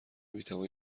میتوان